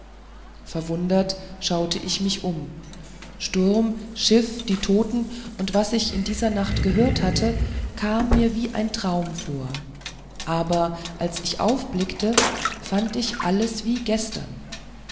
verwundert schaute ich mich um sturm schiff die toten und was ich in dieser nacht gehört hatte kam mir wie ein traum vor aber als ich aufblickte fand ich alles wie gestern